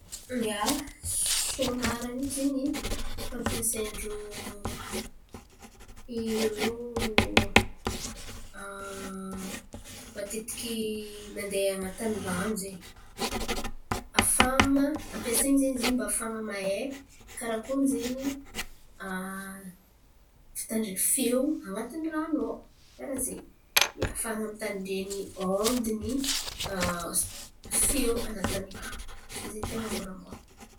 Ia, sonara io zen̈y fampiasain-drô irô matetiky mandeha an̈atin'ny rano zen̈y. Ahafahan̈a ampiasain̈y zen̈y izy in̈y mba hahafahan̈a mahay karakôry zen̈y fitandren̈y feo an̈atin'ny rano ao. Karà zen̈y. Ahafahan̈a mitandren̈y ondy ny feo anatin'ny rano. Ze zen̈y ten̈a moramora.